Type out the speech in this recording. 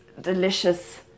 delicious